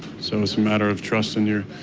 so it's a matter of trusting your